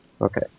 Okay